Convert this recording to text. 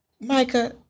Micah